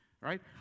right